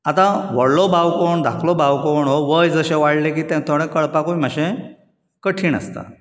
आता व्हडलो भाव कोण धाकलो भाव कोण हो वंय जशें वाडले की थोडें कळपाकूय मातशे कठीण आसता